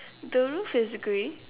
the roof is grey